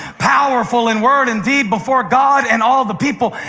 powerful in word and deed before god and all the people.